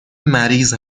مریض